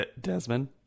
Desmond